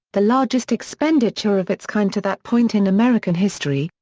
the largest expenditure of its kind to that point in american history,